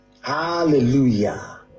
Hallelujah